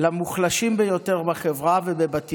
למוחלשים ביותר בחברה ולבת ים.